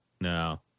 No